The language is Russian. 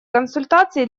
консультации